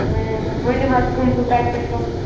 ؤنِو حظ کٕم چھِو کَتہِ پٮ۪ٹھ چھِو